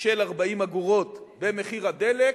של 40 אגורות במחיר הדלק,